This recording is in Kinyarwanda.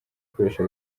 kwihesha